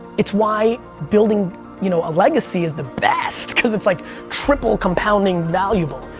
it's why building you know a legacy is the best cause it's like triple compounding valuable,